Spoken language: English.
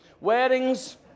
weddings